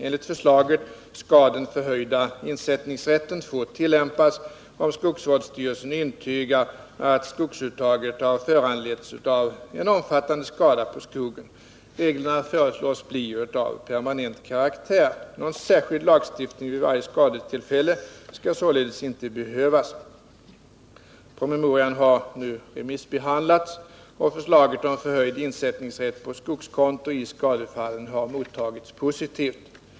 Enligt förslaget skall den förhöjda insättningsrätten få tillämpas om skogsvårdsstyrelsen intygar att skogsuttaget har föranletts av en omfattande skada på skogen. Reglerna föreslås bli av permanent karaktär. Någon särskild lagstiftning vid varje skadetillfälle skall således inte behövas. Promemorian har nu remissbehandlats. Förslaget om förhöjd insättningsrätt på skogskonto i skadefallen har mottagits positivt.